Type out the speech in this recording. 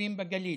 ביישובים בגליל